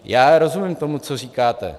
Já rozumím tomu, co říkáte.